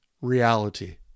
reality